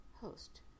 host